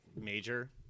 major